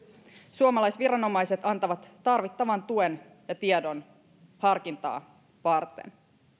suomalaisviranomaiset antavat tarvittavan tuen ja tiedon harkintaa varten